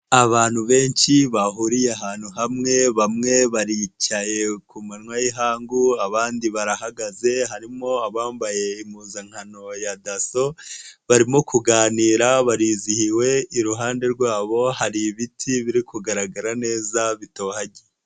Abantu benshi bahuriye ahantu hamwe, bamwe baricaye ku manywa y'ihangu, abandi barahagaze harimo abambaye impuzankano ya DASSO, barimo kuganira barizihiwe, iruhande rwabo hari ibiti biri kugaragara neza bitohagiye.